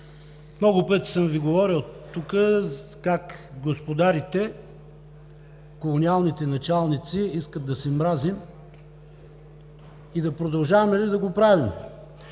Много пъти съм Ви говорил тук как господарите, колониалните началници искат да се мразим и да продължаваме ли да го правим?